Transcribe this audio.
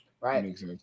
Right